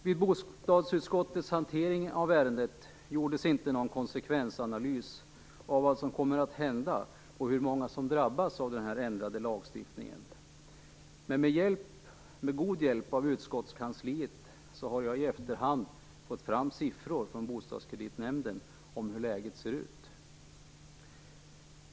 Vid bostadsutskottets hantering av ärendet gjordes inte någon konsekvensanalys av dessa åtgärder och av hur många som drabbas av den ändrade lagstiftningen, men med god hjälp av utskottskansliet har jag i efterhand fått fram siffror från Bostadskreditnämnden om hur läget ser ut.